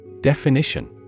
Definition